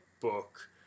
book